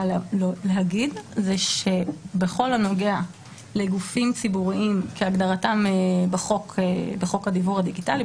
לומר זה שבכל הנוגע לגופים ציבוריים כהגדרתם בחוק הדיוור הדיגיטלי,